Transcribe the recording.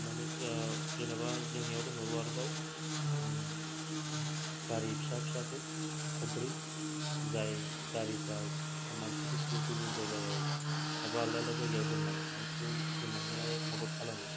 हमनानै जेन'बा जोंनियाव दंबावो आरोबाव गारि फिसा फिसाफोर खबब्रै जाय गारिफोरा मानसिफोरखौ गुबुन जायगायाव एबा आलदा आलदा जायगायाव दोनलां नायखौ दोनलांनायाव मदद खालामो